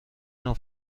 نوع